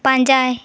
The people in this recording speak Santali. ᱯᱟᱸᱡᱟᱭ